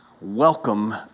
welcome